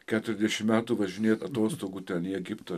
keturiasdešimt metų važinėt atostogų ten į egiptą